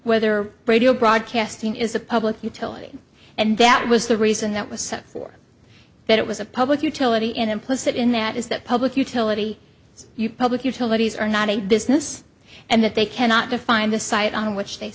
weather radio broadcasting is a public utility and that it was the reason that was set for that it was a public utility an implicit in that is that public utility you public utilities are not a business and that they cannot define the site on which they